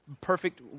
perfect